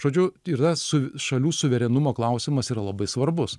žodžiu yra su šalių suverenumo klausimas yra labai svarbus